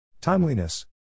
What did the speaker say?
Timeliness